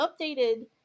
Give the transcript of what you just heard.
updated